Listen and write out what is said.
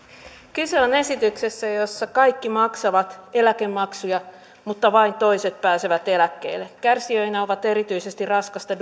kyse on esityksestä jossa kaikki maksavat eläkemaksuja mutta vain toiset pääsevät eläkkeelle kärsijöinä ovat erityisesti